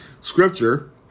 Scripture